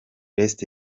best